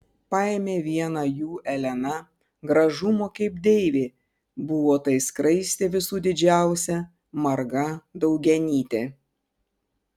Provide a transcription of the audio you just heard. paėmė vieną jų elena gražumo kaip deivė buvo tai skraistė visų didžiausia marga daugianytė